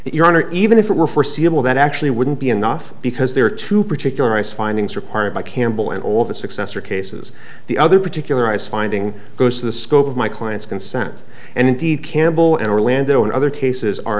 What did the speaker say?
your honor even if it were foreseeable that actually wouldn't be enough because there are two particular ice findings required by campbell and all the successor cases the other particularize finding goes to the scope of my client's consent and indeed campbell and orlando and other cases are